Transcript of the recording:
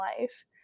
life